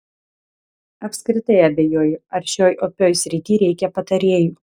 apskritai abejoju ar šioj opioj srity reikia patarėjų